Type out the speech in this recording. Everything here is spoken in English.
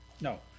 No